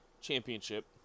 Championship